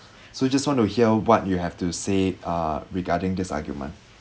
so just want to hear what you have to say uh regarding this argument